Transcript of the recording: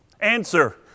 Answer